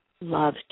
love